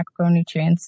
macronutrients